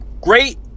great